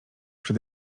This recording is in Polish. przed